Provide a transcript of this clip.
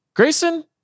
Grayson